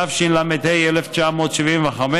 התשל"ה 1975,